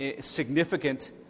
significant